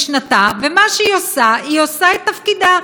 ומה שהיא עושה, היא עושה את תפקידה.